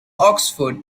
oxford